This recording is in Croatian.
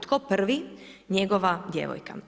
Tko prvi, njegova djevojka.